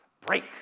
break